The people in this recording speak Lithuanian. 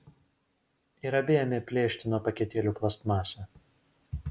ir abi ėmė plėšti nuo paketėlių plastmasę